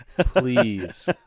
please